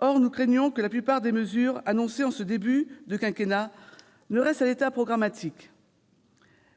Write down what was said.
Or nous craignons que la plupart des mesures annoncées en ce début de quinquennat ne restent à l'état programmatique.